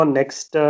next